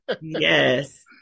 yes